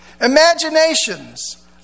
Imaginations